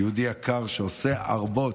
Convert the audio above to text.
יהודי יקר שעושה רבות,